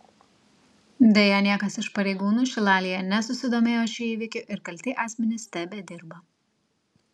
deja niekas iš pareigūnų šilalėje nesusidomėjo šiuo įvykiu ir kalti asmenys tebedirba